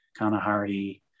Kanahari